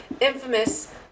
infamous